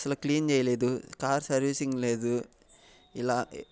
అసల క్లీన్ చేయలేదు car servicing లేదు ఇలా